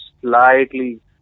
slightly